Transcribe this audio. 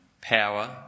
power